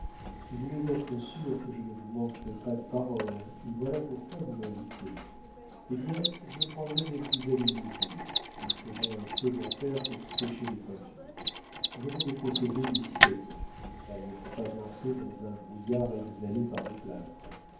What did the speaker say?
vous voulez être sûr que je ne vous manquerai pas de parole et voilà pourquoi vous m'invitez eh bien je prendrai mes plus habiles ouvriers nous ferons un feu d'enfer pour sécher les peintures nous avons des procédés dessiccatifs car il ne faut pas danser dans un brouillard exhalé par le plâtre